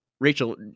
Rachel